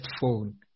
phone